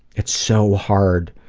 it's so hard.